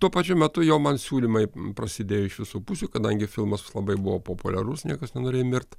tuo pačiu metu jo man siūlymai prasidėjo iš visų pusių kadangi filmas labai buvo populiarus niekas nenorėjo mirt